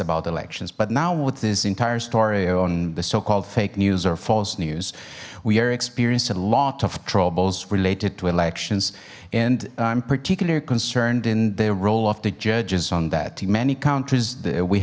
about elections but now with this entire story on the so called fake news or false news we are experienced a lot of troubles related to elections and i'm particularly concerned in the role of the judges on that in many countries